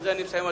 ובזה אני מסיים,